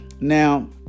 Now